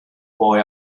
boy